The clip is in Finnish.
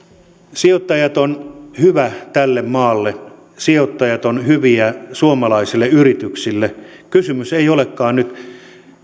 sijoittajat ovat hyviä tälle maalle sijoittajat ovat hyviä suomalaisille yrityksille kysymys ei olekaan nyt